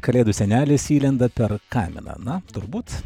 kalėdų senelis įlenda per kaminą na turbūt